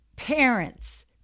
parents